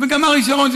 וגם אריק שרון,